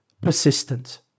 persistent